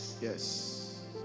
Yes